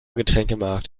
getränkemarkt